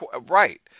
Right